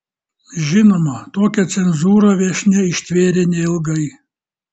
žinoma tokią cenzūrą viešnia ištvėrė neilgai